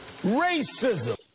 Racism